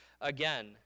again